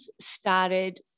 started